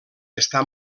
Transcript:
està